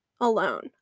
alone